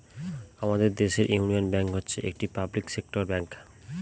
আমাদের দেশের Union Bank হচ্ছে একটি পাবলিক সেক্টর ব্যাঙ্ক